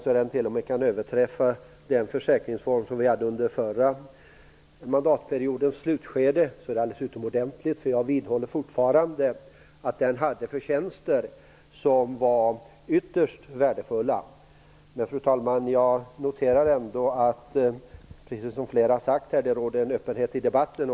Om den t.o.m. kan överträffa den försäkringsform som vi hade under förra mandatperiodens slutskede så är det alldeles utomordentligt, för jag vidhåller fortfarande att den hade förtjänster som var ytterst värdefulla. Men, fru talman, jag noterar ändå att det, precis som flera har sagt här, råder en öppenhet i debatten.